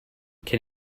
can